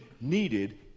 needed